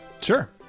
Sure